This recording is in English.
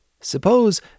Suppose